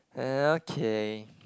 okay